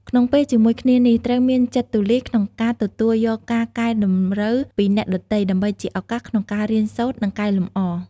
ក្នុងពេលជាមួយគ្នានេះ ត្រូវមានចិត្តទូលាយក្នុងការទទួលយកការកែតម្រូវពីអ្នកដទៃ ដើម្បីជាឱកាសក្នុងការរៀនសូត្រ និងកែលម្អ។